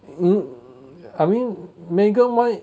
mm I mean megan mind